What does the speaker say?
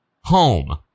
home